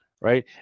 right